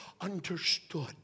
understood